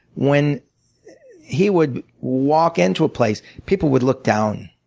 when he would walk into a place, people would look down.